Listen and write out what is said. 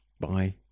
bye